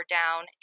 down